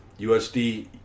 USD